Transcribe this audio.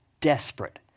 desperate